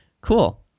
Cool